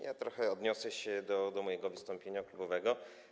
Ja trochę odniosę się do mojego wystąpienia klubowego.